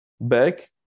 back